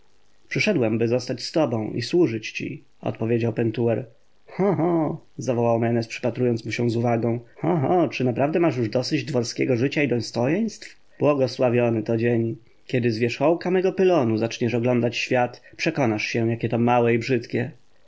przyszedłem by zostać z tobą i służyć ci odpowiedział pentuer ho ho zawołał menes przypatrując mu się z uwagą ho ho czy naprawdę masz już dosyć dworskiego życia i dostojeństw błogosławiony to dzień kiedy z wierzchołka mego pylonu zaczniesz oglądać świat przekonasz się jakie to małe i brzydkie